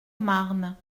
marne